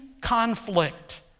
conflict